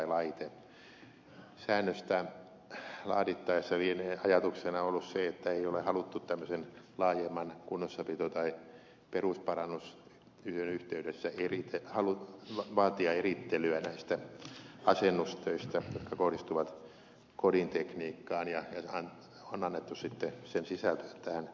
säännöstä laadittaessa lienee ajatuksena ollut se että ei ole haluttu tällaisen laajemman kunnossapito tai perusparannustyön yhteydessä vaatia erittelyä näistä asennustöistä jotka kohdistuvat kodintekniikkaan ja on annettu sitten sen sisältyä tähän kotitalousvähennykseen